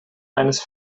eines